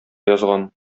язган